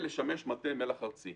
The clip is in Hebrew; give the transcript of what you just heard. לשמש מטה מל"ח ארצי.